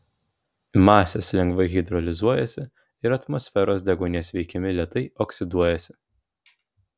masės lengvai hidrolizuojasi ir atmosferos deguonies veikiami lėtai oksiduojasi